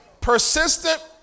Persistent